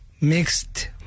mixed